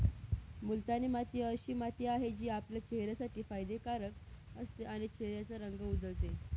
मुलतानी माती अशी माती आहे, जी आपल्या चेहऱ्यासाठी फायदे कारक असते आणि चेहऱ्याचा रंग उजळते